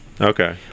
Okay